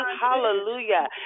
hallelujah